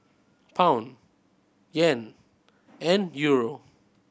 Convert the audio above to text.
Pound Yen and Euro